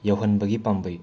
ꯌꯧꯍꯟꯕꯒꯤ ꯄꯥꯝꯕꯩ